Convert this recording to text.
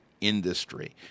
industry